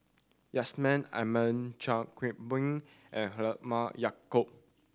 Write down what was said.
Yusman Aman Chan Kim Boon and Halimah Yacob